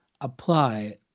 apply